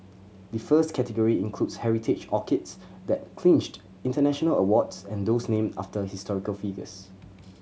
the first category includes heritage orchids that clinched international awards and those named after historical figures